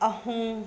ꯑꯍꯨꯝ